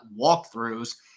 walkthroughs